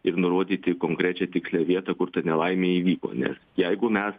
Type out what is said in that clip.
ir nurodyti konkrečią tikslią vietą kur ta nelaimė įvyko nes jeigu mes